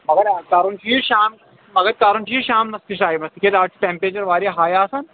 مگر کرُن چھُ یہِ شام مگر کَرُن چھُ یہِ شامنہٕ کِس ٹایمس تِکیٛازِ اَز چھُ ٹیٚمیچر واریاہ ہاے آسان